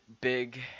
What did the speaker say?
big